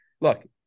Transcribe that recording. Look